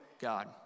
God